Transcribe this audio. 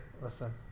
Listen